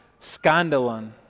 scandalon